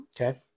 okay